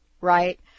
Right